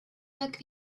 book